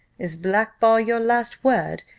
is black-ball your last word?